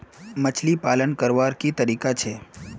मछली पालन करवार की तरीका छे?